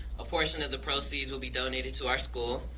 a portion of the proceeds will be donated to our school.